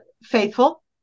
faithful